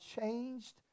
changed